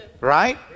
Right